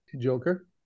joker